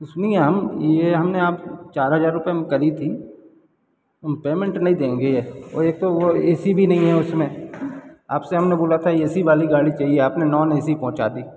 उस नहीं हम ये हमने आप चार हजार रुपये में करी थी हम पेमेंट नहीं देंगे और एक तो वो ए सी भी नहीं है उसमें आपसे हमने बोला था ए सी वाली गाड़ी चाहिए अपने नॉन ए सी पहुँचा दी